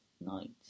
night